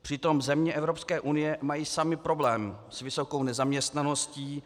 Přitom země Evropské unie mají samy problém s vysokou nezaměstnaností.